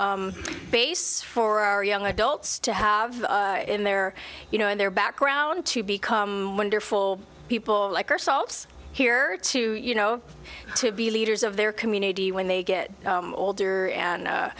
wonderful base for our young adults to have in their you know in their background to become wonderful people like ourselves here to you know to be leaders of their community when they get older and a